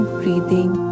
breathing